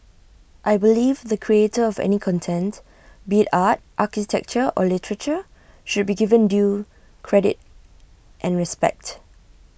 I believe the creator of any content be art architecture or literature should be given due credit and respect